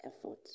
effort